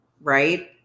right